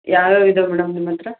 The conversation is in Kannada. ಯಾವ್ಯಾವ ಇದಾವೆ ಮೇಡಮ್ ನಿಮ್ಮ ಹತ್ರ